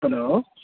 hello